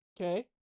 Okay